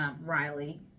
Riley